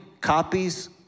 copies